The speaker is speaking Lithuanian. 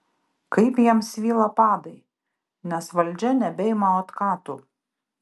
kaip jiems svyla padai nes valdžia nebeima otkatų